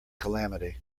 calamity